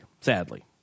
sadly